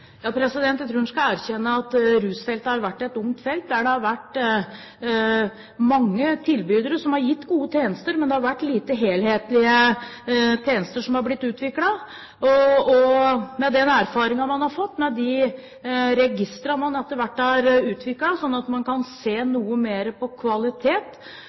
Jeg tror en skal erkjenne at rusfeltet har vært et tungt felt der det har vært mange tilbydere som har gitt gode tjenester, men hvor det har blitt utviklet lite helhetlige tjenester. Med den erfaringen man har fått med de registrene man etter hvert har utviklet, slik at man kan se noe mer på kvalitet,